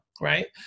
Right